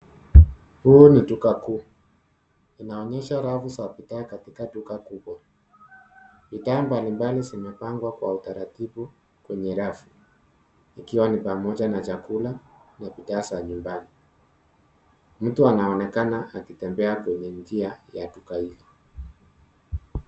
Huu ni duka kuu inaonyesha rafu za kuta katika duka kubwa. Bidhaa mbalimbali zimepangwa kwa utaratibu kwenye rafu ikiwa ni pamoja na chakula na bidhaa za nyumbani. Mtu anaonekana akitembea kwenye njia ya duka hili.